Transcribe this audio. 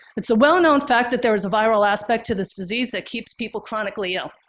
it's a well-known fact that there was a viral aspect to this disease that keeps people chronically ill.